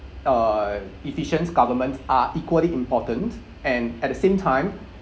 uh efficient government are equally important and at the same time